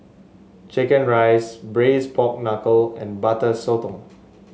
chicken rice Braised Pork Knuckle and Butter Sotong